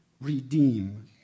redeem